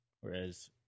Whereas